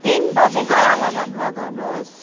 तिन बजेको अलार्म लगाउनुहोस्